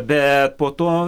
bet po to